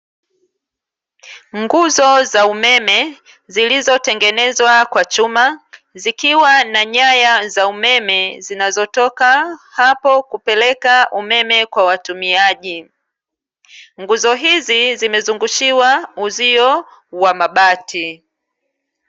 Nguzo za umeme zilizotengenezwa kwa chuma, zikiwa na nyaya za umeme zinazotoka hapo kupeleka umeme kwa watumiaji, nguzo hizi zimezungushiwa uzio wa mabati.